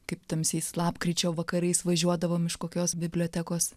kaip tamsiais lapkričio vakarais važiuodavome iš kokios bibliotekos